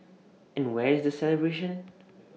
and where is the celebration